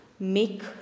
make